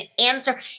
answer